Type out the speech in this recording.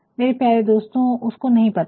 मेरे प्यारे दोस्तों उसको नहीं पता था